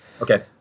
Okay